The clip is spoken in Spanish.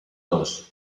dos